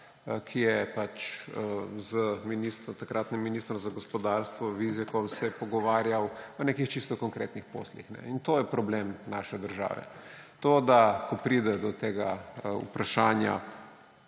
ki se je s takratnim ministrom za gospodarstvo Vizjakom pogovarjal o nekih čisto konkretnih poslih. In to je problem naše države – ko pride do vprašanja